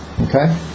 Okay